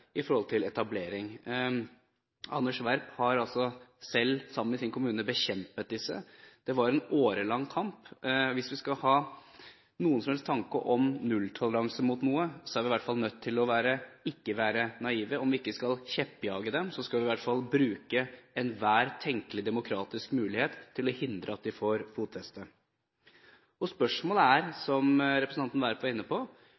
i forhold til etablering. Anders Werp har altså selv, sammen med sin kommune, bekjempet disse miljøene. Det har vært en årelang kamp. Hvis vi skal ha noen som helst tanke om nulltoleranse mot noe, er vi i alle fall nødt til ikke å være naive. Om vi ikke skal kjeppjage dem, skal vi i alle fall bruke enhver tenkelig demokratisk mulighet til å hindre at de får fotfeste. Spørsmålet er, som representanten Werp var inne på: